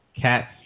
cats